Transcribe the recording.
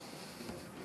חיים,